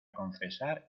confesar